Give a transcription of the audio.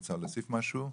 רוצה להוסיף משהו?